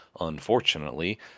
Unfortunately